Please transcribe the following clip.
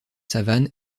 savanes